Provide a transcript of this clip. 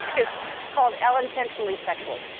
called ellententionally sexual.